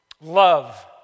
love